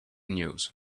news